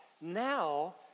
now